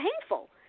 painful